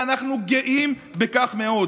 ואנחנו גאים בכך מאוד.